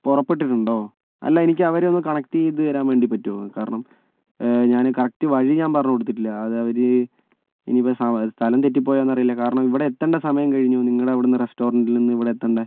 പുറപ്പെട്ടിട്ടുണ്ടോ അല്ല എനിക്ക് അവരെ ഒന്ന്കണക്ട് ചെയ്തു തരാൻ വേണ്ടി പറ്റുമോ കാരണം ഞാന് കറക്ട് വഴി ഞാൻ പറഞ്ഞു കൊടുത്തിട്ടില്ല അത് അവര് ഇനിയിപ്പം സ്ഥ സ്ഥലം തെറ്റിപ്പോയോ എന്ന് അറിയില്ല കാരണം ഇവിടെ എത്തേണ്ട സമയം കഴിഞ്ഞു നിങ്ങളുടെ അവിടുന്ന് റസ്റ്റ്റ്റോറൻറ്റിൽ നിന്ന് ഇവിടെ എത്തേണ്ടേ